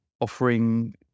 offering